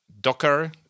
Docker